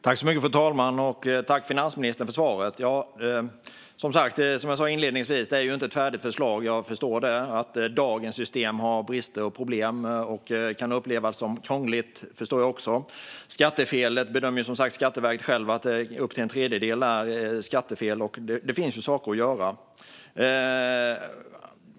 Fru talman! Jag tackar finansministern för svaret. Som jag sa inledningsvis är det här inget färdigt förslag. Jag förstår att dagens system har brister och problem och att det kan upplevas som krångligt. Skatteverket bedömer själv att skattefelet uppgår till uppemot en tredjedel. Det finns alltså saker att göra.